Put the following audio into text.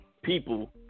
people